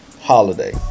holiday